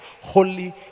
holy